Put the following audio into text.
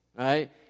right